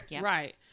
Right